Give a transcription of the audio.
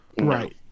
right